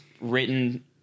written